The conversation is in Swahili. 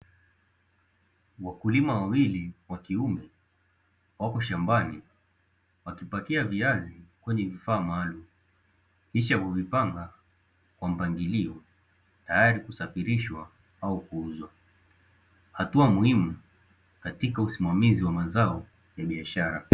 Wakulima wawili wa kiume wako shambani wakipakia viazi kwenye vifaa maalumu kisha kuvipanga kwa mpangilio tayari kusafirishwa au kuuzwa. Hatua muhimu katika usimamizi wa mazao ya biashara.